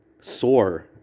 sore